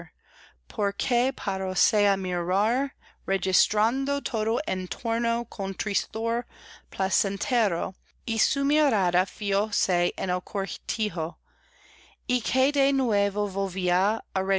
registrando todo en torno con tristor placentero y su mirada fijóse en el cortijo y que de nuevo